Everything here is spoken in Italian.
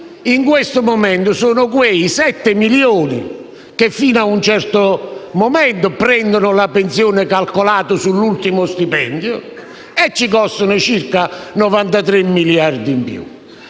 in questo momento, sono quei 7 milioni che fino ad un certo momento prendono la pensione calcolata sull'ultimo stipendio e che ci costano circa 93 miliardi in più;